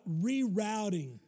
rerouting